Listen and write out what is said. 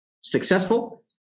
successful